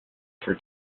for